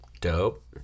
Dope